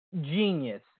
genius